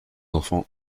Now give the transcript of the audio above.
enfants